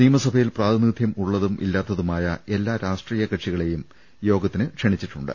നിയമസഭയിൽ പ്രാതിനിധ്യം ഉള്ളതും ഇല്ലാത്തതുമായ എല്ലാ രാഷ്ട്രീയ കക്ഷികളേയും യോഗത്തിന് ക്ഷണിച്ചിട്ടുണ്ട്